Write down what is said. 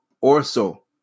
Orso